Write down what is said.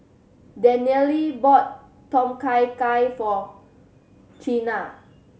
Daniele bought Tom Kha Gai for Chynna